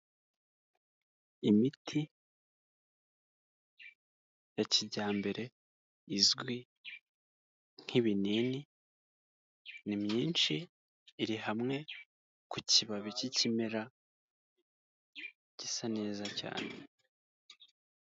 Imiti ya kijyambere izwi nk'ibinini ni myinshi iri hamwe ku kibabi cy'ikimera gisa neza cyane.